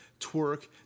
Twerk